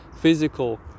physical